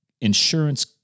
insurance